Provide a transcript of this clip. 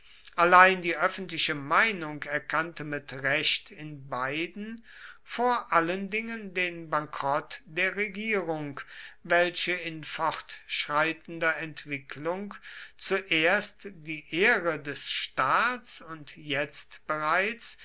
allein die öffentliche meinung erkannte mit recht in beiden vor allen dingen den bankrott der regierung welche in fortschreitender entwicklung zuerst die ehre des staats und jetzt bereits